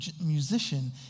musician